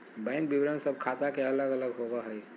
bank विवरण सब ख़ाता के अलग अलग होबो हइ